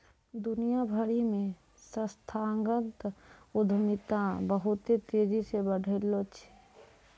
दुनिया भरि मे संस्थागत उद्यमिता बहुते तेजी से बढ़लो छै